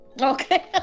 okay